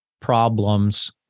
problems